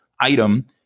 item